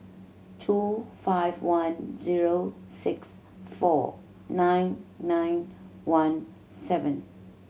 two five one zero six four nine nine one seven